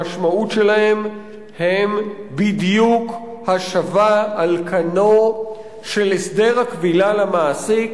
המשמעות שלהם היא בדיוק השבה על כנו של הסדר הכבילה למעסיק,